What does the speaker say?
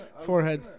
Forehead